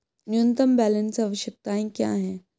न्यूनतम बैलेंस आवश्यकताएं क्या हैं?